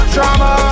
Drama